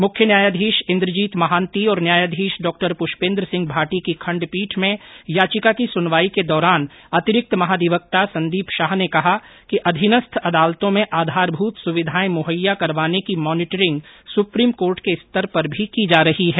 मुख्य न्यायाधीश इंद्रजीत महांति और न्यायाधीश डॉपुष्पेंद्रसिंह भाटी की खंडपीठ में याचिका की सुनवाई के दौरान अतिरिक्त महाधिवक्ता संदीप शाह ने कहा कि अधीनस्थ अदालतों में आधारभूत सुविधाए मुहैया करवाने की मॉनिटरिंग सुप्रीम कोर्ट के स्तर पर भी की जा रही है